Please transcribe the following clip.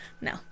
No